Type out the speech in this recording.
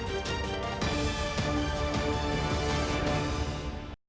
Дякую.